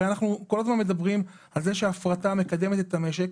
הרי אנחנו כל הזמן מדברים על כך שהפרטה מקדמת את המשק.